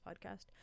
podcast